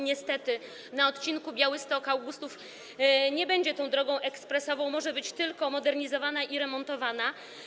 Niestety, na odcinku Białystok - Augustów nie będzie drogą ekspresową, może być tylko modernizowana i remontowana.